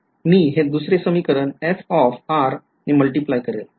मी हे दुसरे समीकरण f multiply करेल